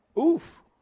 Oof